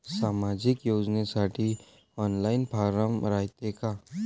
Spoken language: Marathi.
सामाजिक योजनेसाठी ऑनलाईन फारम रायते का?